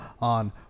on